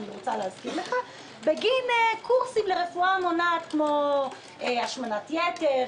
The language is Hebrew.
אני מזכירה לך - בגין קורסים לרפואה מונעת כמו השמנת יתר,